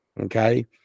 okay